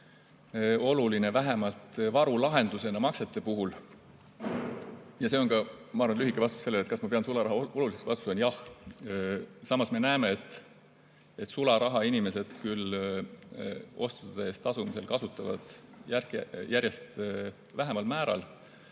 oluline vähemalt varulahendusena maksete puhul. Ja see on ka, ma arvan, lühike vastus sellele, kas ma pean sularaha oluliseks. Vastus on jah. Samas me näeme, et sularaha inimesed ostude eest tasumisel kasutavad järjest vähemal määral,